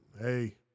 Hey